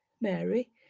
mary